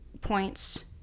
points